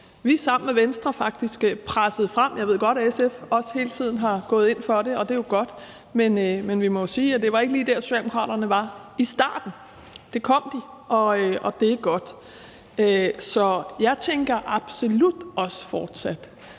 vi sammen med Venstre faktisk pressede frem. Jeg ved godt, at SF også hele tiden har gået ind for det, og det er jo godt, men vi må sige, at det ikke lige var der, Socialdemokraterne var i starten. Det kom de, og det er godt. Så jeg tænker absolut også fortsat,